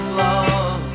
love